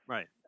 Right